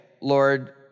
Lord